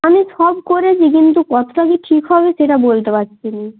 আমি সব করেছি কিন্তু কতটা যে ঠিক হবে সেটা বলতে পারছি না